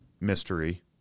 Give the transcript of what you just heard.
mystery